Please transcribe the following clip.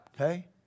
okay